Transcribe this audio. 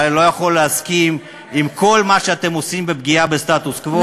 אבל אני לא יכול להסכים עם כל מה שאתם עושים בפגיעה בסטטוס-קוו.